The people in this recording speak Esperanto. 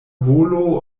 volo